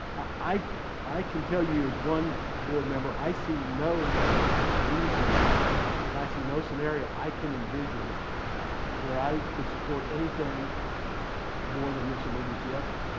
i i can tell you as one board member, i see no reason and i see no scenario i can envision where i could support anything more than this emergency exit.